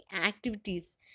activities